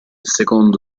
secondo